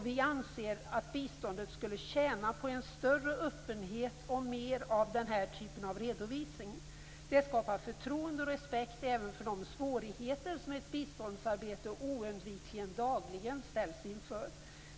Vi anser att biståndet skulle tjäna på en större öppenhet och mer av den här typen av redovisning. Det skapar förtroende och respekt även för de svårigheter som ett biståndsarbete oundvikligen dagligen ställs inför.